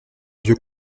vieux